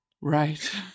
Right